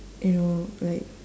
you know like